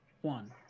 one